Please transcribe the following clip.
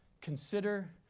Consider